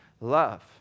love